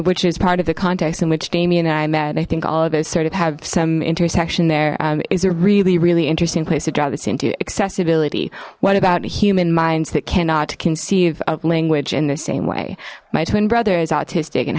which is part of the context in which damian and i met i think all of us sort of have some intersection there is a really really interesting place to draw this in to accessibility what about human minds that cannot conceive of language in the same way my twin brother is autistic and